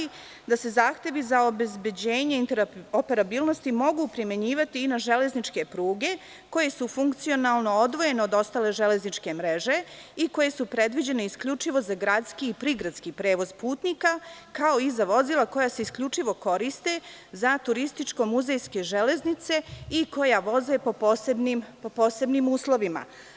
Dakle, član glasi ovako: „ Da se zahtevi za obezbeđenje interoperabilnosti mogu primenjivati i na železničke pruge koje su funkcionalno odvojene od ostale železničke mreže i koje su predviđene isključivo za gradski i prigradski prevoz putnika, kao i za vozila koja se isključivo koriste za turističko-muzejske železnice i koja voze po posebnim uslovima“